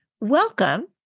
Welcome